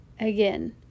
again